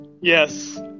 Yes